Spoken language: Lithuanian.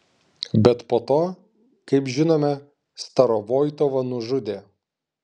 bet po to kaip žinome starovoitovą nužudė